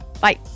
Bye